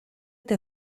der